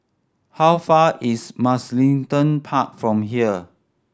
how far is Mugliston Park from here